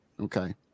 okay